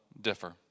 differ